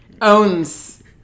owns